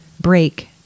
break